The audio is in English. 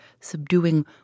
subduing